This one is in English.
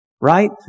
right